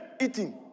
eating